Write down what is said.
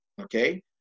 okay